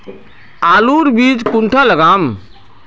आलूर बीज कुंडा लगाम?